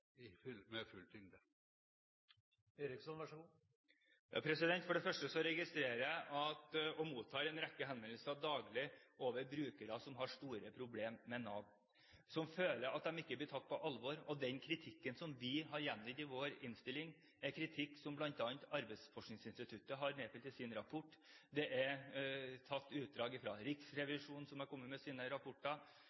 med full tyngde. For det første mottar jeg en rekke henvendelser daglig fra brukere som har store problemer med Nav, som føler at de ikke blir tatt på alvor. Den kritikken som vi har gjengitt i vår innstilling, er kritikk som bl.a. Arbeidsforskningsinstituttet har nedfelt i sin rapport. Det er tatt utdrag